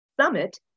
Summit